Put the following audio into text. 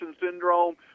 syndrome